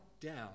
down